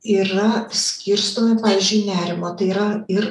yra skirstomi pavyzdžiui nerimo tai yra ir